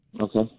Okay